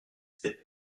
cette